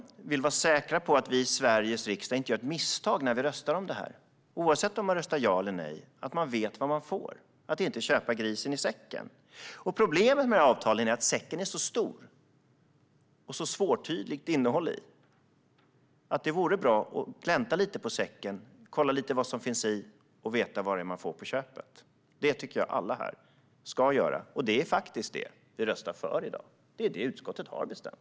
Vi vill vara säkra på att vi i Sveriges riksdag inte gör ett misstag när vi röstar om detta, oavsett om vi röstar ja eller nej, så att vi vet vad vi får och inte köper grisen i säcken. Problemet med avtalen är att säcken är så stor och innehållet så svårtytt. Det vore bra att glänta lite på säcken och kolla vad som finns inuti så vi vet vad vi får på köpet. Det tycker jag att alla här ska göra, och det är faktiskt det vi röstar för i dag; det är det utskottet har bestämt.